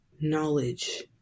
knowledge